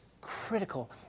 critical